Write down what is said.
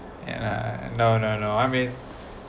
and I no no no I mean